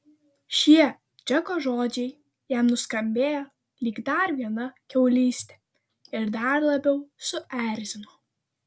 šie džeko žodžiai jam nuskambėjo lyg dar viena kiaulystė ir dar labiau suerzino